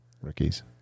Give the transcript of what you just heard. rookies